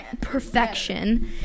Perfection